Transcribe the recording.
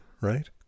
right